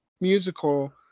musical